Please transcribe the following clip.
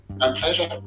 pleasure